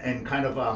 and kind of,